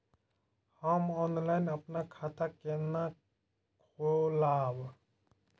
हम ऑनलाइन अपन खाता केना खोलाब?